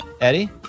Eddie